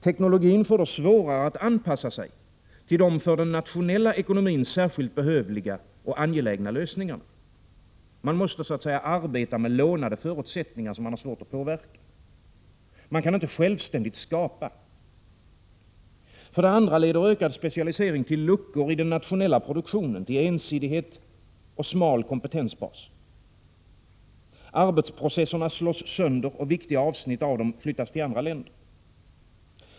Teknologin får då svårare att anpassa sig till de för den nationella ekonomin särskilt behövliga och angelägna lösningarna. Man måste så att säga arbeta med lånade förutsättningar som man har svårt att påverka. Man kan inte självständigt skapa. För det andra leder ökad specialisering till luckor i den nationella produktionen, till ensidighet och smal kompetensbas. Arbetsprocesserna slås sönder, och viktiga avsnitt av dem flyttas till andra länder.